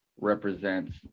represents